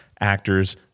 actors